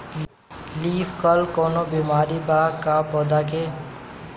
Leaf curl कौनो बीमारी बा का पौधा के?